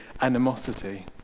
animosity